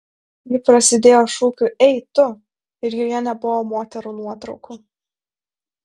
ji prasidėjo šūkiu ei tu ir joje nebuvo moterų nuotraukų